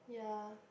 yeah